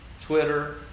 Twitter